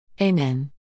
Amen